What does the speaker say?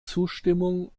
zustimmung